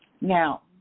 Now